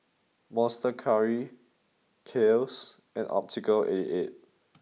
monster Curry Kiehl's and Optical eight eight